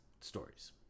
stories